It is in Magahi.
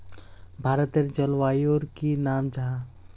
भारतेर जलवायुर की नाम जाहा?